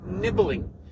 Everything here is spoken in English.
nibbling